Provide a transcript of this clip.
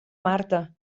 marta